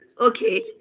Okay